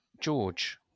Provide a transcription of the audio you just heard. George